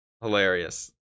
hilarious